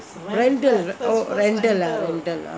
rental oh rental ah